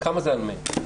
כמה זה על מאיר?